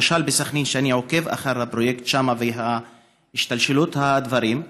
למשל בסח'נין אני עוקב אחר הפרויקט שם והשתלשלות הדברים: